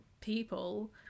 people